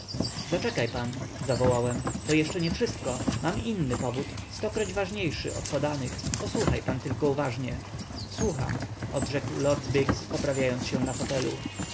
zaczekaj pan zawołałem to jeszcze nie wszystko mam inny powód stokroć ważniejszy od podanych posłuchaj pan tylko uważnie słucham odrzekł sir biggs poprawiając się na fotelu